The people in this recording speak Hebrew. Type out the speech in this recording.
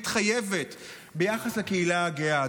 מתחייבת ביחס לקהילה הגאה,